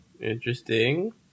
Interesting